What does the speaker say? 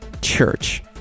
church